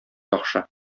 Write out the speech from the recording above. яхшы